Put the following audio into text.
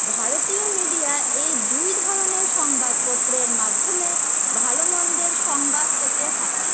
ভারতীয় মিডিয়া এই দুই ধরনের সংবাদপত্রের মাধ্যমে ভালো মন্দের সংবাদ পেতে থাকি